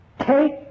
Take